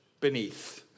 beneath